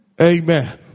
Amen